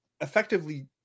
effectively